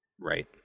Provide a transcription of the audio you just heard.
Right